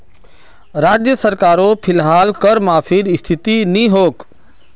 राज्य सरकारो फिलहाल कर माफीर स्थितित नी छोक